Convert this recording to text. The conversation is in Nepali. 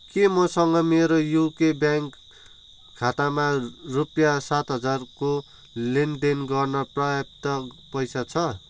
के मसँग मेरो युको ब्याङ्क खातामा रुपियाँ सात हजारको लेनदेन गर्न पर्याप्त पैसा छ